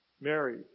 Mary